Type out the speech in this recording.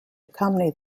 accompany